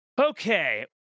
Okay